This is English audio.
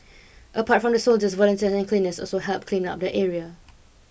apart from the soldiers volunteersand cleaners also helped clean up the area